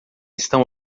estão